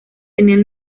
tenían